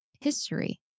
History